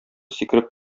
сикереп